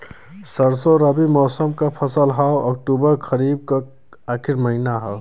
सरसो रबी मौसम क फसल हव अक्टूबर खरीफ क आखिर महीना हव